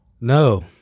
No